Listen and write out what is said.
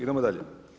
Idemo dalje.